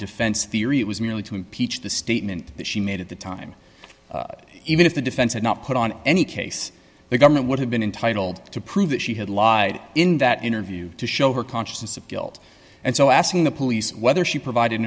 defense theory it was merely to impeach the statement that she made at the time even if the defense had not put on any case the government would have been entitled to prove that she had lied in that interview to show her consciousness of guilt and so asking the police whether she provid